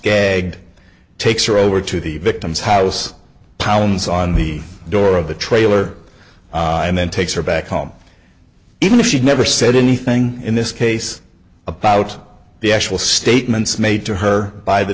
egged takes her over to the victim's house pounds on the door of the trailer and then takes her back home even if she never said anything in this case about the actual statements made to her by the